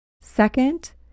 Second